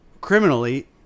criminally